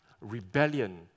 rebellion